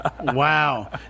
wow